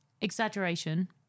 exaggeration